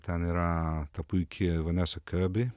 ten yra ta puiki nes abi